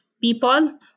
people